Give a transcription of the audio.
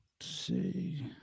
see